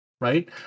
right